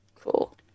cool